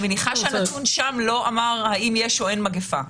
אני מניחה שהנתון שם לא אמר האם יש או אין מגיפה.